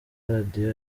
radiyo